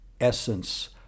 essence